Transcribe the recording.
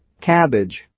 cabbage